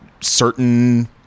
certain